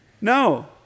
No